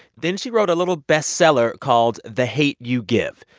then she wrote a little bestseller called the hate u give.